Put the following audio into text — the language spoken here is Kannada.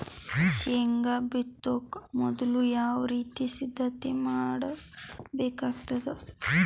ಶೇಂಗಾ ಬಿತ್ತೊಕ ಮೊದಲು ಯಾವ ರೀತಿ ಸಿದ್ಧತೆ ಮಾಡ್ಬೇಕಾಗತದ?